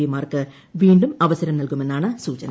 P mark വീണ്ടും അവസരം നൽകുമെന്നാണ് സൂചന